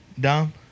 Dom